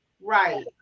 Right